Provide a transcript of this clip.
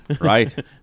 Right